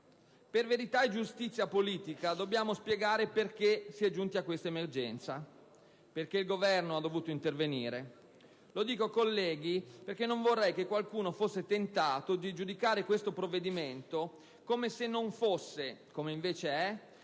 Per verità e giustizia politica dobbiamo spiegare perché si è giunti a questa emergenza, perché cioè il Governo è dovuto intervenire. Lo dico, colleghi, perché non vorrei che qualcuno fosse tentato di giudicare questo provvedimento come se non fosse - come invece è